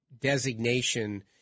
designation